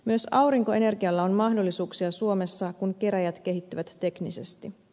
myös aurinkoenergialla on mahdollisuuksia suomessa kun kerääjät kehittyvät teknisesti